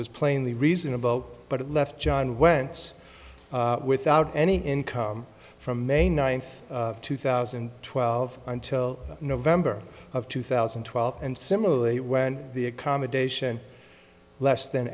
was plainly reasonable but it left john wentz without any income from may ninth two thousand and twelve until november of two thousand and twelve and similarly when the accommodation less than